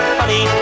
honey